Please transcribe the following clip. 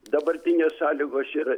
dabartinės sąlygos yra